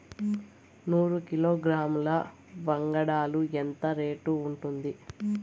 నూరు కిలోగ్రాముల వంగడాలు ఎంత రేటు ఉంటుంది?